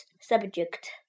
subject